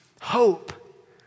Hope